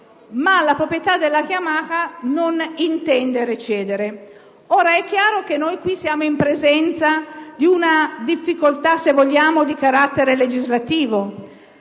ma la proprietà della Yamaha non intende recedere. È chiaro che siamo in presenza di una difficoltà - se vogliamo - di carattere legislativo,